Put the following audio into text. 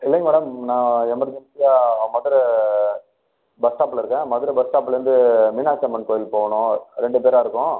இல்லைங்க மேடம் நான் எமர்ஜென்சியாக மதுரை பஸ் ஸ்டாப்பில் இருக்கேன் மதுரை பஸ் ஸ்டாப்லேருந்து மீனாட்சி அம்மன் கோவிலுக்குப் போகணும் ரெண்டு பேராக இருக்கோம்